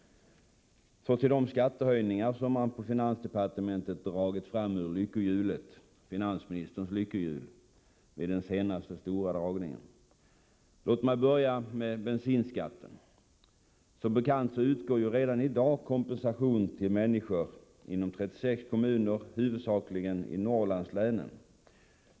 Så till de skattehöjningar som man på finansdepartementet dragit fram ur finansministerns lyckohjul vid den senaste stora dragningen. Låt mig börja med bensinskatten. Som bekant utgår redan i dag kompensation till människor inom 36 kommuner, huvudsakligen i Norrlandslänen.